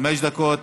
חמש דקות,